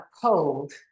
cold